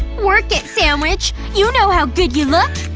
work it, sandwich! you know how good you look!